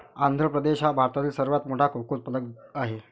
आंध्र प्रदेश हा भारतातील सर्वात मोठा कोको उत्पादक आहे